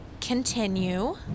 Continue